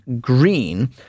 Green